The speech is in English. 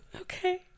Okay